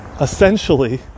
Essentially